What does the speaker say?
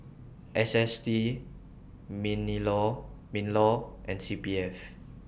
S S T minilaw MINLAW and C P F